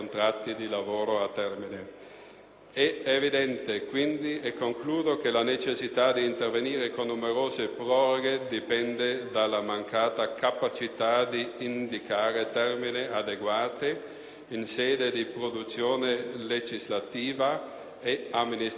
È evidente quindi - e concludo - che la necessità di intervenire con numerose proroghe dipende dalla mancata capacità di indicare termini adeguati in sede di produzione legislativa e amministrativa. Inoltre, mentre